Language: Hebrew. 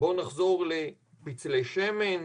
לחזור לפצלי שמן,